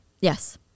yes